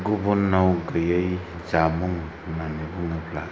गुबुनाव गैयै जामुं होननानै बुङोब्ला